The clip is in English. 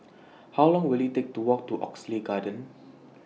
How Long Will IT Take to Walk to Oxley Garden